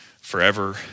forever